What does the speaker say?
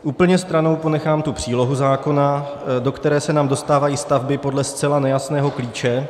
Úplně stranou ponechám tu přílohu zákona, do které se nám dostávají stavby podle zcela nejasného klíče.